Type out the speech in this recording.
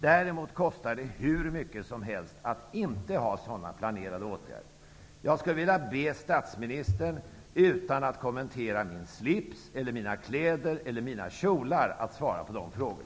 Däremot kostar det hur mycket som helst att inte vidta sådana planerade åtgärder. Jag skulle vilja be statsministern att, utan att kommentera mina kläder, min slips eller mina kjolar, svara på dessa frågor.